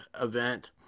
event